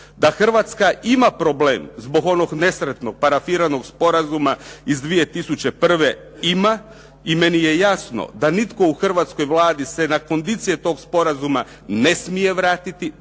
Da Hrvatska ima problem zbog onog nesretnog parafiranog sporazuma iz 2001., ima i meni je jasno da nitko u hrvatskoj Vladi se na kondicije tog sporazuma ne smije vratiti,